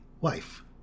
wife